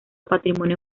patrimonio